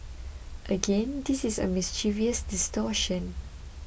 again this is a mischievous distortion